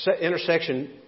intersection